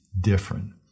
different